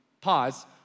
pause